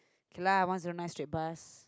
okay lah once you night with us